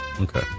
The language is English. Okay